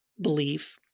belief